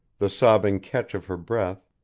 the sobbing catch of her breath,